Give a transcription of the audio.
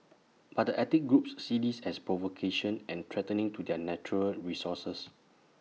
but the ethnic groups see this as provocation and threatening to their natural resources